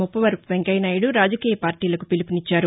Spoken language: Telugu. ముప్పవరపు వెంకయ్య నాయుడు రాజకీయ పార్టీలకు పిలుపునిచ్చారు